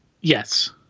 Yes